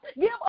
Give